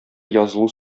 язылу